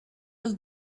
all